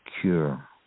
cure